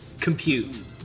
compute